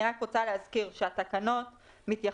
אני רק רוצה להזכיר שהתקנות מתייחסות